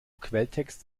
quelltext